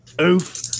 oof